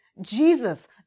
Jesus